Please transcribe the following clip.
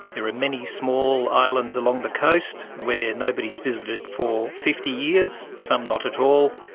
there are many small islands along the coast where nobody's visited for fifty years. some not at all.